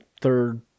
third